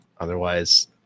otherwise